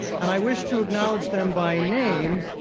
and i wish to acknowledge them by name,